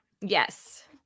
Yes